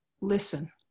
listen